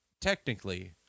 Technically